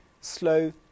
slow